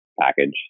package